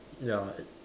ya I